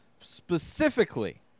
specifically